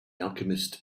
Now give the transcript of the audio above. alchemist